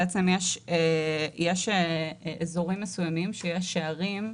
יש אזורים מסוימים שבהם יש שערים,